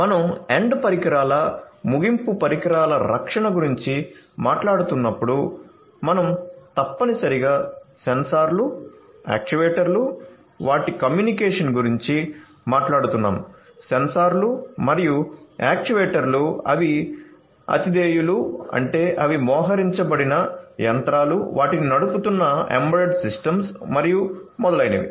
మనం ఎండ్ పరికరాల ముగింపు పరికరాల రక్షణ గురించి మాట్లాడుతున్నప్పుడు మనం తప్పనిసరిగా సెన్సార్లు యాక్యుయేటర్లు వాటి కమ్యూనికేషన్ గురించి మాట్లాడుతున్నాము సెన్సార్లు మరియు యాక్యుయేటర్లు అవి అతిధేయులు యంత్రాలు వాటిని నడుపుతున్న ఎంబెడెడ్ సిస్టమ్స్ మరియు మొదలైనవి